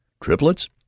Triplets